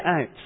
out